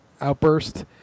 outburst